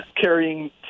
carrying